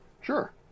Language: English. Sure